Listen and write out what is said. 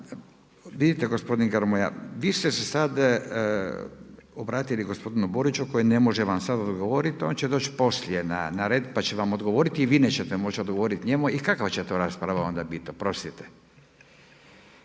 Vidite gospodine Grmoja, vi ste se sad obratili gospodinu Boriću, koji ne može vam sad odgovoriti, on će doći poslije na red, pa će vam odgovoriti i vi nećete moći odgovoriti njemu i kakva će to rasprava onda biti, oprostite?